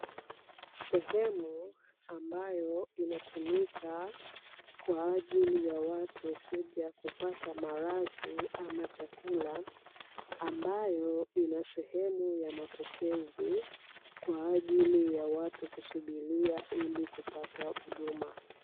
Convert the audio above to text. Sehemu ambayo inatumika kwa ajili ya watu kuja kupata malazi ama chakula, ambayo ina sehemu ya mapokezi kwa ajili ya watu kusubiria ili kupata huduma.